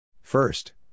First